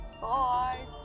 Bye